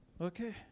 Okay